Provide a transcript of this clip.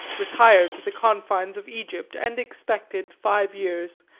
retired to the confines of egypt, and expected, five years,